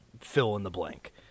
fill-in-the-blank